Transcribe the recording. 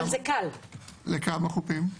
לכמה חופים?